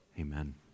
Amen